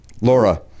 Laura